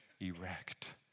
erect